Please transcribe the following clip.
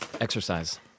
Exercise